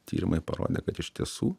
tyrimai parodė kad iš tiesų